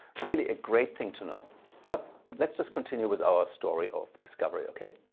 really a great thing to know but let's just continue with our story of discovery. okay